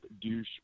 Douche